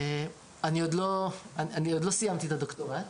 אני עוד לא סיימתי את הדוקטורט,